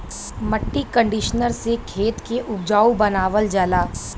मट्टी कंडीशनर से खेत के उपजाऊ बनावल जाला